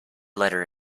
letter